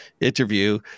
interview